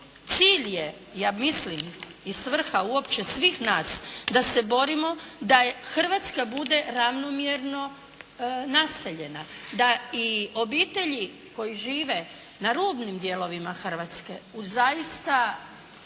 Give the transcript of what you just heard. cilj, ja mislim i svrha uopće svih nas da se borimo da Hrvatska bude ravnomjerno naseljena, da i obitelji koje žive na rubnim dijelovima Hrvatske u zaista